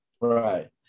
right